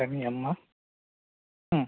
करणीयं वा ह